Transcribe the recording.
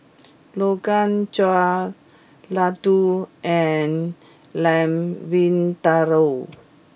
Rogan Josh Ladoo and Lamb Vindaloo